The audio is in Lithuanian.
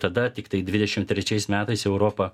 tada tiktai dvidešim trečiais metais europa